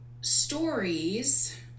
stories